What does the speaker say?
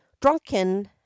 drunken